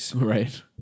Right